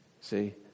See